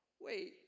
Wait